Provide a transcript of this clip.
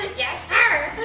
yes sir.